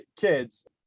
kids